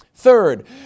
Third